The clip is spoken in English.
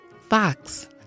fox